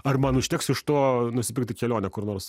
ar man užteks iš to nusipirkti kelionę kur nors